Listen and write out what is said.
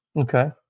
Okay